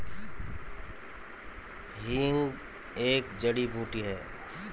हींग एक जड़ी बूटी है